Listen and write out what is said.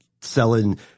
selling